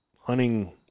hunting